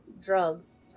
drugs